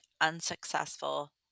unsuccessful